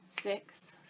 six